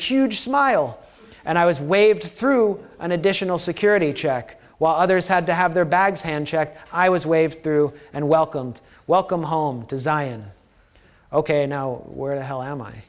huge smile and i was waved through an additional security check while others had to have their bags hand checked i was waved through and welcomed welcome home to zion ok now where the hell am i